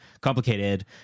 complicated